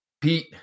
Pete